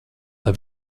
lai